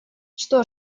что